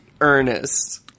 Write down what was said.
earnest